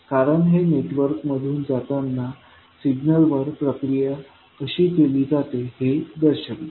कारण हे नेटवर्कमधून जाताना सिग्नलवर प्रक्रिया कशी केली जाते हे दर्शविते